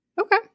Okay